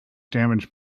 damaged